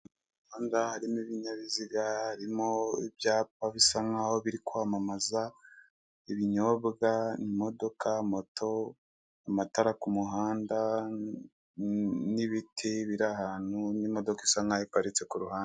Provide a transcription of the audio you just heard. Aha ngaha harimo ibinyabiziga harimo ibyapa bisa nkaho biri kwamamaza, ibinyobwa, imodoka, moto, amatara ku muhanda, n'ibiti biri ahantu n'imodoka isa nkaho iparitse ku ruhande.